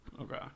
Okay